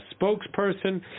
spokesperson